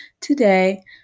today